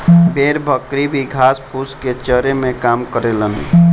भेड़ बकरी भी घास फूस के चरे में काम करेलन